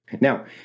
Now